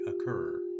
occur